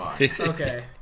Okay